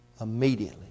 Immediately